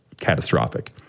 catastrophic